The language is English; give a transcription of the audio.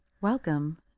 Welcome